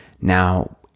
Now